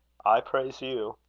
i praise you!